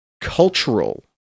cultural